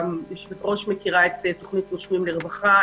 היושב-ראש מכירה את תוכנית נושמים לרווחה,